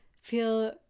feel